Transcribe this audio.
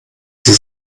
sie